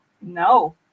No